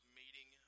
meeting